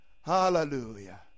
Hallelujah